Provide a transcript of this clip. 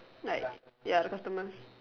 like ya customers